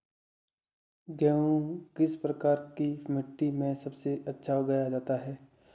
गेहूँ किस प्रकार की मिट्टी में सबसे अच्छा उगाया जाता है?